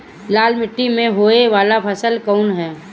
लाल मीट्टी में होए वाला फसल कउन ह?